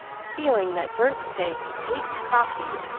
feeling that burnt steak, weak coffee,